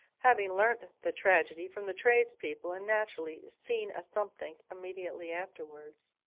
having learnt the tragedy from the tradespeople, and naturally seen a somethink immediately afterwards.